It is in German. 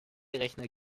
rechner